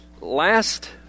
Last